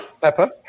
Pepper